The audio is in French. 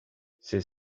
c’est